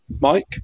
Mike